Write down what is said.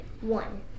One